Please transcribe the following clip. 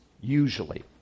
Usually